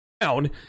down